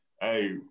Hey